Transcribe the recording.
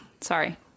Sorry